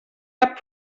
cap